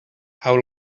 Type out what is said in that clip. how